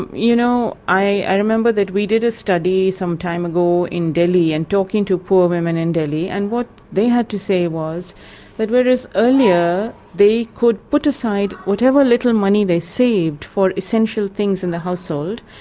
you know, i remember that we did a study some time ago in delhi, and talking to poor women in delhi. and what they had to say was that whereas earlier they could put aside whatever little money they saved for essential things in the household,